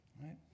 right